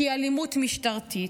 שהיא אלימות משטרתית.